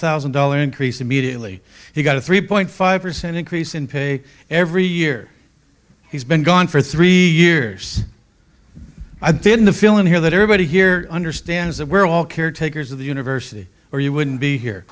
thousand dollars increase immediately he got a three five percent increase in pay every year he's been gone for three years i didn't the feeling here that everybody here understands that we're all caretakers of the university or you wouldn't be here